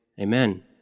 amen